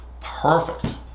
perfect